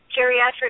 geriatric